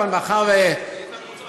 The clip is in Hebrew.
היא הייתה מרוצה, אבל אנחנו לא מרוצים.